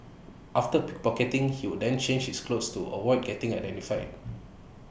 after pickpocketing he would then change his clothes to avoid getting identified